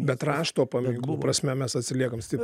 bet rašto paminklų prasme mes atsiliekam stip